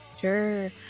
Sure